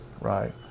right